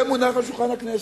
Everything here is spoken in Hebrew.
זה מונח על שולחן הכנסת.